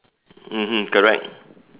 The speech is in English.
mmhmm correct